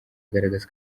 agaragaza